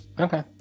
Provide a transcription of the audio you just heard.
Okay